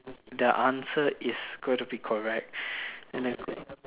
the answer is gonna be correct and the